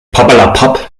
papperlapapp